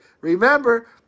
Remember